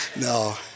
No